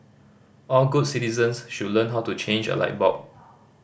all good citizens should learn how to change a light bulb